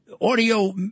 audio